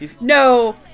No